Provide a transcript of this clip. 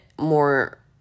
more